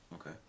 Okay